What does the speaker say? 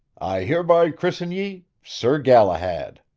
i hereby christen ye sir galahad.